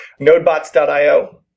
nodebots.io